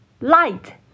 light